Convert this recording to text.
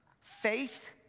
faith